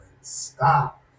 Stop